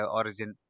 origin